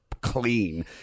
clean